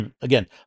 again